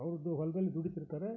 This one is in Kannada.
ಅವ್ರದ್ದು ಹೊಲ್ದಲ್ಲಿ ದುಡೀತಿರ್ತಾರೇ